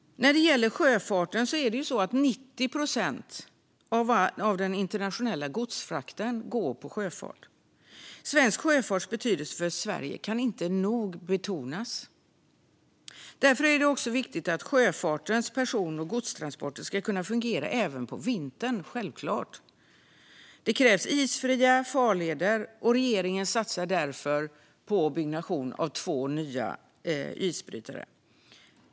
När det gäller sjöfarten kan jag nämna att 90 procent av den internationella godsfrakten går på sjön. Svensk sjöfarts betydelse för Sverige kan inte nog betonas. Därför är det självklart också viktigt att sjöfartens person och godstransporter ska kunna fungera även på vintern. Det krävs isfria farleder, och regeringen satsar därför på byggnation av två nya isbrytare.